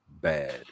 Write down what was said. bad